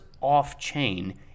off-chain